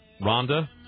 Rhonda